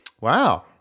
Wow